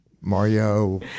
mario